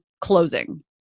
closing